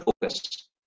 focus